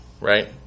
right